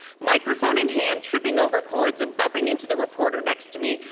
microphone in hand, tripping over cords and bumping into the reporter next to me,